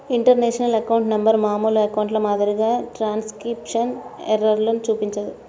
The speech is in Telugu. ఇంటర్నేషనల్ అకౌంట్ నంబర్ మామూలు అకౌంట్ల మాదిరిగా ట్రాన్స్క్రిప్షన్ ఎర్రర్లను చూపించదు